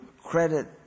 credit